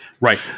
right